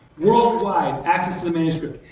worldwide access to the manuscript.